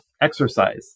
exercise